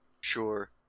Sure